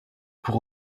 pour